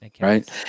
right